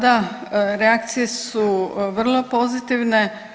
Da, reakcije su vrlo pozitivne.